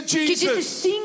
Jesus